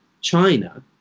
China